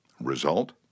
Result